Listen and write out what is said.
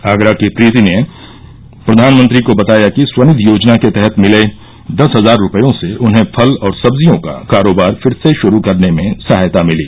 आगरा की प्रीति ने प्रधानमंत्री को बताया कि स्वनिधि योजना के तहत मिले दस हजार रुपयों से उन्हें फल और सब्जियों का कारोबार फिर से श्रू करने में सहायता मिली